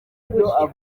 gutyo